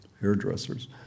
hairdressers